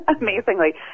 Amazingly